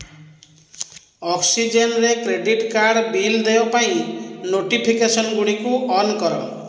oxygen ରେ credit card bill ଦେୟ ପାଇଁ ନୋଟିଫିକେସନ୍ ଗୁଡ଼ିକୁ ଅନ୍ କର